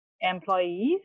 employees